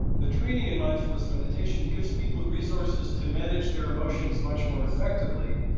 the training in mindfulness meditation gives people resources to manage their emotions much more effectively,